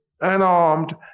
unarmed